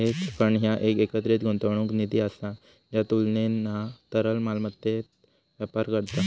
hedge fund ह्या एक एकत्रित गुंतवणूक निधी असा ज्या तुलनेना तरल मालमत्तेत व्यापार करता